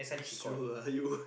slow lah you